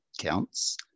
counts